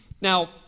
Now